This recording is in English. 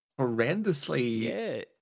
horrendously